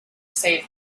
save